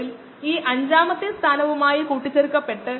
ബന്ധം എന്തണെന്നു അറിയുന്നത് സ്ഥാപിക്കപ്പെട്ടു